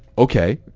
Okay